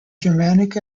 germanic